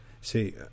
See